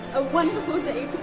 a wonderful day to